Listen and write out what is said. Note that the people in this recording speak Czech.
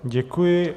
Děkuji.